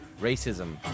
Racism